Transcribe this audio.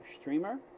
streamer